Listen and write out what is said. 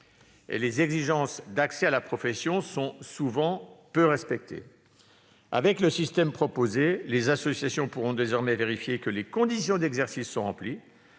les exigences d'accès à la profession sont souvent peu respectées. Avec le système proposé, les associations pourront désormais vérifier que les conditions d'exercice sont remplies,